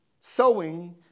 Sowing